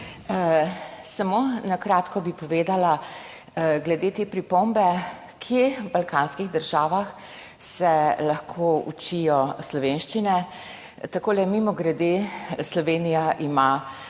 Samo na kratko bi povedala glede te pripombe, kje v balkanskih državah se lahko učijo slovenščine. Takole mimogrede, Slovenija ima